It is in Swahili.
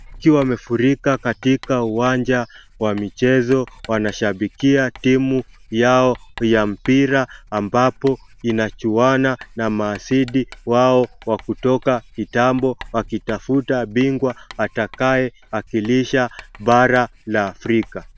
Wakiwa wamefurika katika uwanja wa michezo. Wanashabikia timu yao ya mpira ambapo inachuana na maasidi wao wa kutoka kitambo wakitafuta bingwa atakaye wakilisha bara la Afrika.